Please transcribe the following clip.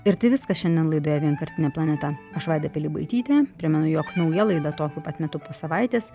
ir tai viskas šiandien laidoje vienkartinė planeta aš vaida pilibaitytė primenu jog nauja laida tokiu pat metu po savaitės